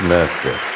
Master